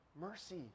mercy